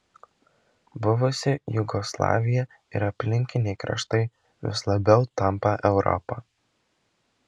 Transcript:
buvusi jugoslavija ir aplinkiniai kraštai vis labiau tampa europa